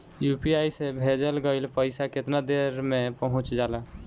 UPI से भेजल गईल पईसा कितना देर में पहुंच जाला?